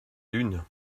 lune